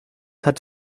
hat